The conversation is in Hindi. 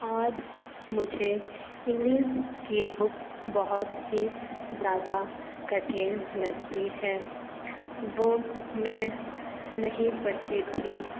और मुझे इंग्लिस की बुक बहुत ही ज़्यादा कठिन लगती है वो मैं नहीं पढ़ती थी